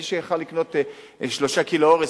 מי שיכול לקנות שלושה קילו אורז,